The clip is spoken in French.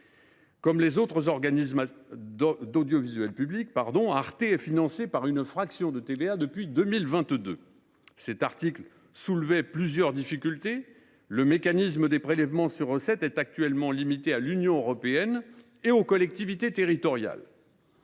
Comme les autres organismes d’audiovisuel public, la chaîne Arte est financée par une fraction de TVA depuis 2022. Cet article soulevait plusieurs difficultés. Le mécanisme des prélèvements sur recettes est actuellement limité à l’Union européenne et aux collectivités territoriales.